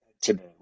today